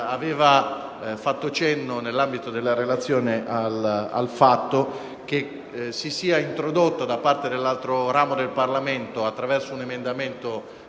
aveva fatto cenno, nell'ambito della relazione, al fatto che sia stata introdotta da parte dell'altro ramo del Parlamento, attraverso un emendamento